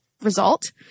result